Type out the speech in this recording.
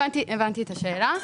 הבנתי את השאלה.